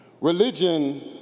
Religion